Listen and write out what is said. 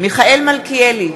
מיכאל מלכיאלי,